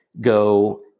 go –